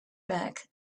back